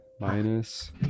Minus